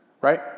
right